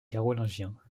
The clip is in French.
carolingiens